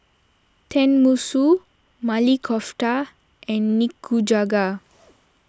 Tenmusu Maili Kofta and Nikujaga